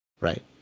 Right